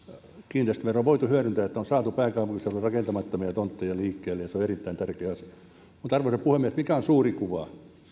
on voitu hyödyntää että on saatu pääkaupunkiseudun rakentamattomia tontteja liikkeelle on erittäin tärkeä asia mutta arvoisa puhemies mikä on suuri kuva